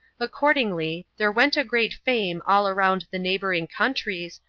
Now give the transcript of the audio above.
accordingly there went a great fame all around the neighboring countries,